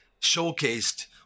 showcased